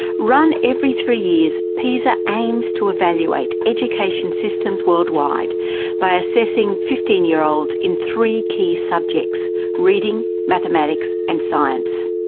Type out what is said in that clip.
run every three years, pisa aims to evaluate education systems worldwide by assessing fifteen year olds in three key subjects reading, mathematics and science.